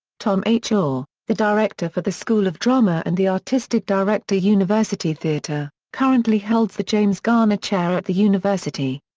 tom h. orr, the director for the school of drama and the artistic director university theatre, currently holds the james garner chair at the university.